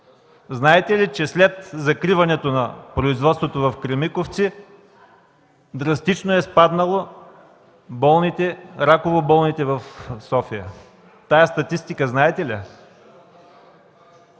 Знаете ли, че след закриването на производството в „Кремиковци” драстично са спаднали раково болните в София? Знаете ли